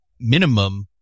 minimum